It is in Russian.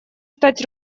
стать